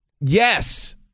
Yes